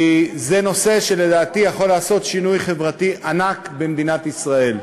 כי זה נושא שלדעתי יכול לעשות שינוי חברתי ענק במדינת ישראל.